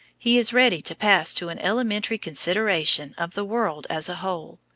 he is ready to pass to an elementary consideration of the world as a whole,